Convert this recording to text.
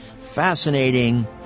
fascinating